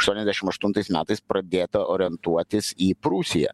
aštuoniasdešim aštuntais metais pradėta orientuotis į prūsiją